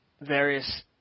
various